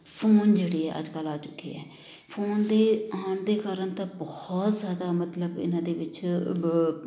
phone ਜਿਹੜੇ ਆ ਅੱਜ ਕੱਲ੍ਹ ਆ ਚੁੱਕੇ ਹੈ ਫੋਨ ਦੇ ਆਉਣ ਦੇ ਕਾਰਨ ਤਾਂ ਬਹੁਤ ਜ਼ਿਆਦਾ ਮਤਲਬ ਇਹਨਾਂ ਦੇ ਵਿੱਚ ਬ